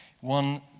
One